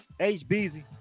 HBZ